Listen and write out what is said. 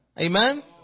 Amen